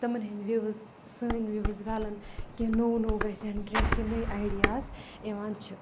تِمَن ہٕندۍ وِوٕز سٲنۍ وِوٕز رَلَن کینٛہہ نوٚو نوٚو گژھِ جَنریٹ کینٛہہ نٔے آیڈِیاز یِوان چھِ